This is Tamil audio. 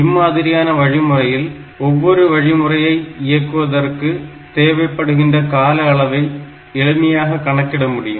இம்மாதிரியான வழிமுறையில் ஒவ்வொரு வழிமுறையை இயக்குவதற்கு தேவைப்படுகின்ற காலஅளவை எளிமையாக கணக்கிடமுடியும்